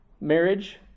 Marriage